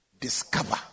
discover